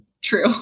True